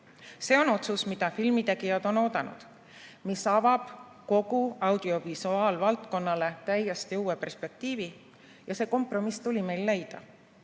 See on otsus, mida filmitegijad on oodanud ja mis avab kogu audiovisuaalvaldkonnale täiesti uue perspektiivi. Ja see kompromiss tuli meil leida. Aitäh